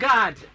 God